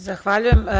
Zahvaljujem.